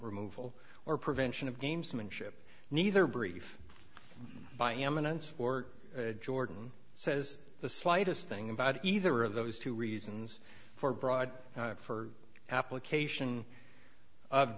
removal or prevention of gamesmanship neither brief by eminent or jordan says the slightest thing about either of those two reasons for broad for application of